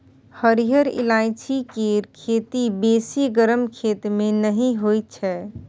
हरिहर ईलाइची केर खेती बेसी गरम खेत मे नहि होइ छै